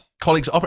colleagues